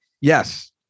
yes